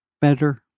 better